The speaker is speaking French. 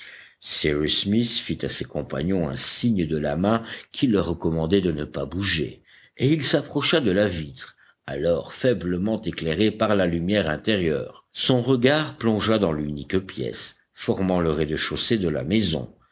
smith fit à ses compagnons un signe de la main qui leur recommandait de ne pas bouger et il s'approcha de la vitre alors faiblement éclairée par la lumière intérieure son regard plongea dans l'unique pièce formant le rez-de-chaussée de la maison